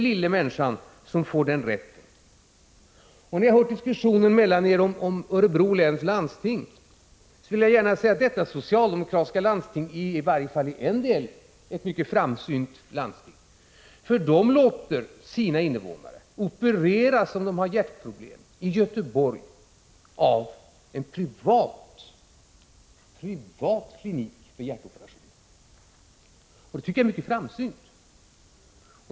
När jag hör diskussionerna om Örebro läns landsting vill jag gärna säga att detta socialdemokratiskt styrda landsting är i varje fall i en del mycket framsynt. Där låter man invånarna opereras, om de har hjärtproblem, i Göteborg, på en privat klinik för hjärtoperationer. Det tycker jag är mycket framsynt.